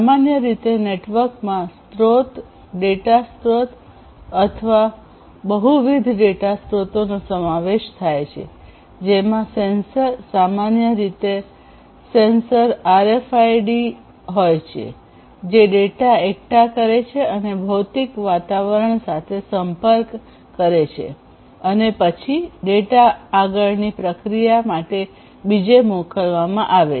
સામાન્ય રીતે નેટવર્ક માં સ્રોત ડેટા સ્રોત અથવા બહુવિધ ડેટા સ્રોતોનો સમાવેશ થાય છે જેમાં સેન્સર સામાન્ય રીતે સેન્સર આરએફઆઈડી હોય છે જે ડેટા એકઠા કરે છે અને ભૌતિક વાતાવરણ સાથે સંપર્ક કરે છે અને પછી ડેટા આગળની પ્રક્રિયા માટે બીજે મોકલવામાં આવે છે